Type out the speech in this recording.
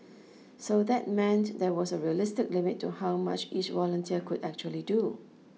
so that meant there was a realistic limit to how much each volunteer could actually do